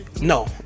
No